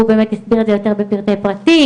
והוא באמת יסביר את זה יותר בפרטי פרטים,